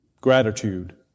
gratitude